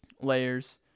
layers